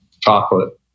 Chocolate